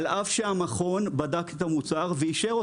על אף שהמכון בדק את המוצר ואישר אותו.